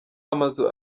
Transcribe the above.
amazu